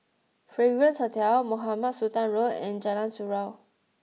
Fragrance Hotel Mohamed Sultan Road and Jalan Surau